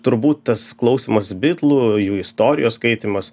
turbūt tas klausymas bitlų jų istorijos skaitymas